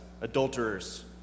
adulterers